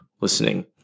listening